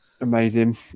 Amazing